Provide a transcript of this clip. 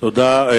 תודה.